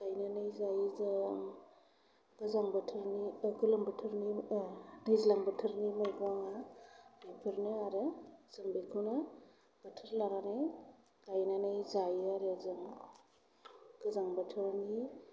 गायनानै जायो जों गोलोम बोथोर ए दैज्लां बोथोरनि मैगंआ बेफोरनो आरो जों बेखौनो बोथोर लानानै गायनानै जायोआरो जों गोजां बोथोरनि